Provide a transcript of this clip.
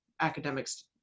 academics